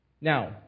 Now